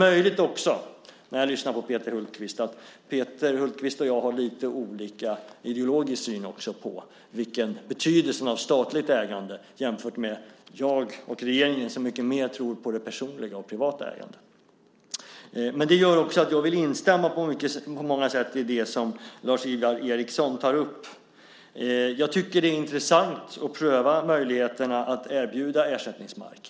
Det är möjligt att Peter Hultqvist och jag har lite olika ideologisk syn på betydelsen av statligt ägande. Jag och regeringen tror mycket mer på det personliga och privata ägandet. Det gör att jag vill instämma i mycket av det som Lars-Ivar Ericson tar upp. Jag tycker att det är intressant att pröva möjligheten att erbjuda ersättningsmark.